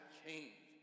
change